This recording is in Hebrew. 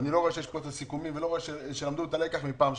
ואני לא רואה שיש פה את הסיכומים ולא רואה שלמדו את הלקח מפעם שעברה.